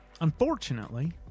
unfortunately